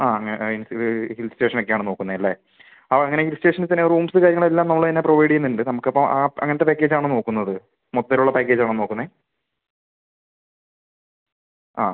ആ അങ്ങനെ ഹിൽ സ്റ്റേഷനൊക്കെയാണ് നോക്കുന്നത് അല്ലേ ആ അങ്ങനെ ഹിൽ സ്റ്റേഷനിൽ തന്നെ റൂമ്സ് കാര്യങ്ങളെല്ലാം നമ്മൾ തന്നെ പ്രൊവൈഡ് ചെയ്യുന്നുണ്ട് നമുക്കപ്പോൾ ആ അങ്ങനത്തെ പാക്കേജ് ആണോ നോക്കുന്നത് മൊത്തത്തിലുള്ള പാക്കേജ് ആണോ നോക്കുന്നത് ആ